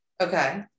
Okay